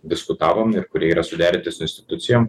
diskutavom ir kurie yra suderinti su institucijom